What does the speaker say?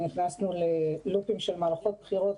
נכנסנו ללופים של מערכות בחירות.